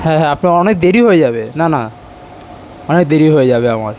হ্যাঁ হ্যাঁ আপনার অনেক দেরি হয়ে যাবে না না অনেক দেরি হয়ে যাবে আমার